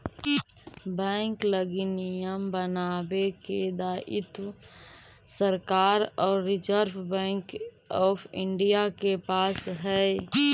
bank लगी नियम बनावे के दायित्व सरकार आउ रिजर्व बैंक ऑफ इंडिया के पास हइ